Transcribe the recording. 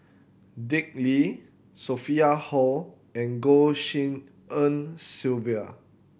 Dick Lee Sophia Hull and Goh Tshin En Sylvia